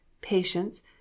patience